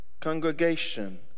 congregation